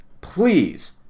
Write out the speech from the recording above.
Please